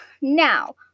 Now